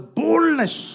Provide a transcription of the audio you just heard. boldness